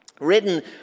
written